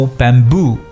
bamboo